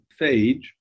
phage